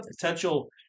potential